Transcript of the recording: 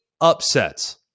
upsets